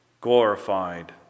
glorified